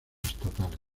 estatales